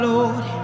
Lord